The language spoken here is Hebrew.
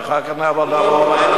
ואחר כך נעבור לוועדת החינוך.